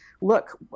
look